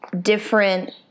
different